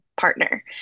partner